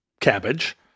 cabbage